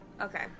Okay